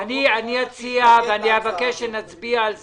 אציע, ואבקש שנצביע על זה,